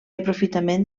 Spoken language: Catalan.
aprofitament